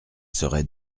serai